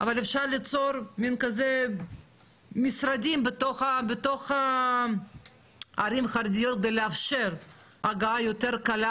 אבל אפשר ליצור משרדים בתוך הערים החרדיות כדי לאפשר הגעה יותר קלה